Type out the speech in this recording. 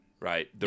right